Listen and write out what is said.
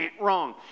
Wrong